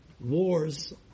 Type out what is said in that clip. wars